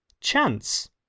Chance